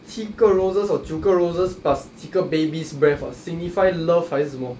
七个 roses or 九个 roses plus 几个 baby's breath ah signify love 还是什么